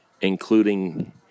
including